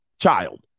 child